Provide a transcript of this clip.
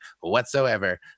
Whatsoever